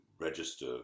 register